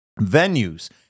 venues